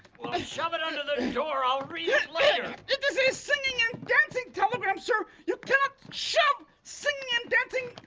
well but shove it under the door, i'll read it is a singing and dancing telegram sir. you cannot shove singing and dancing